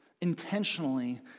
intentionally